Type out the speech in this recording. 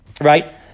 right